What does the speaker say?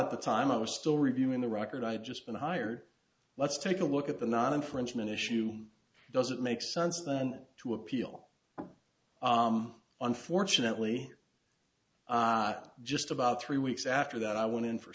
at the time i was still reviewing the record i've just been hired let's take a look at the not infringement issue does it make sense then to appeal unfortunately not just about three weeks after that i went in for